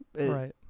Right